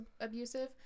abusive